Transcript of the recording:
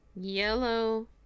yellow